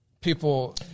people